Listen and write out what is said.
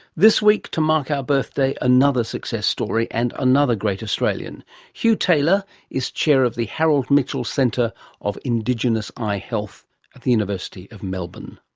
this week, to mark our birthday, another success story and another great australian hugh taylor is chair of the harold mitchell centre of indigenous eye health at the university of melbourne.